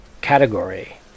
category